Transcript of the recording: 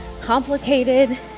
complicated